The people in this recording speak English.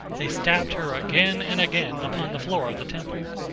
they stabbed her again and again upon the floor of the temple,